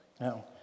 No